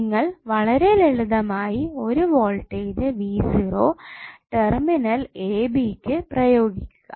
നിങ്ങൾ വളരെ ലളിതമായി ഒരു വോൾടേജ് ടെർമിനൽ a b പ്രയോഗിക്കുക